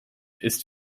ist